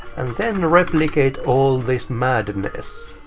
and then replicate all this madness.